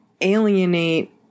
alienate